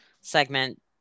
segment